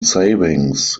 savings